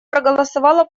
проголосовала